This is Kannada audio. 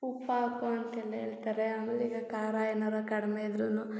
ಉಪ್ಪು ಹಾಕು ಅಂತೆಲ್ಲ ಹೇಳ್ತಾರೆ ಆಮೇಲೆ ಈಗ ಖಾರ ಏನಾರೂ ಕಡಿಮೆ ಇದ್ರೂ